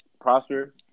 Prosper